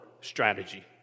strategy